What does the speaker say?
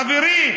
חברי,